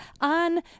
on